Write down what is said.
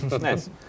Nice